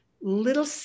little